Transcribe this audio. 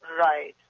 Right